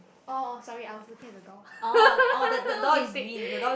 oh sorry I was looking at the door mistake